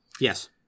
Yes